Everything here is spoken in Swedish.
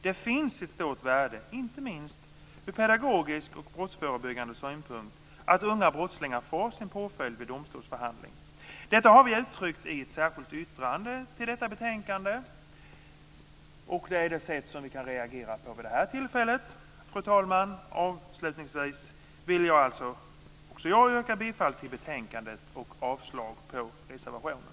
Det finns ett stort värde inte minst ur pedagogisk och brottsförebyggande synpunkt att unga brottslingar får sin påföljd vid domstolsförhandling. Detta har vi uttryckt i ett särskilt yttrande till detta betänkande. Det är det sätt vi kan reagera på vid det här tillfället. Fru talman! Avslutningsvis vill också jag yrka bifall till hemställan i betänkandet och avslag på reservationen.